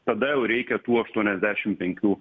tada jau reikia tų aštuoniasdešim penkių